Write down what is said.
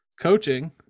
coaching